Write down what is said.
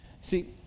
See